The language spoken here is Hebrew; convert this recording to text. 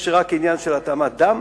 יש רק עניין של התאמת דם,